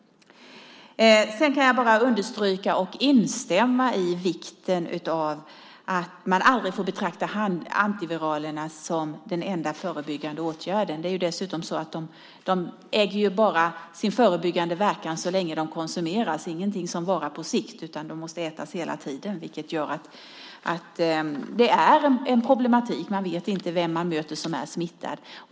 Jag kan bara understryka och instämma i vikten av att man aldrig får betrakta antiviralerna som den enda förebyggande åtgärden. Det är dessutom så att de bara äger sin förebyggande verkan så länge de konsumeras. De varar inte på sikt, utan måste ätas hela tiden, vilket gör att det finns en problematik. Man vet inte vem man möter som är smittad.